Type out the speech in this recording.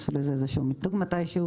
עשו לזה איזשהו מיתוג מתישהו,